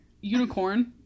unicorn